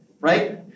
right